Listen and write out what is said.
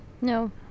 No